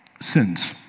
sins